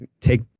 take